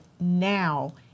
now